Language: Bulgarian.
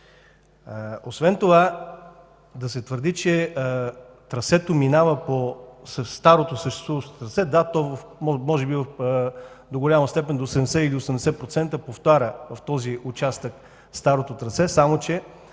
Освен това да се твърди, че трасето минава със старото съществуващо трасе, да, може би в голяма степен, до 70 или 80% повтаря в този участък старото трасе, само че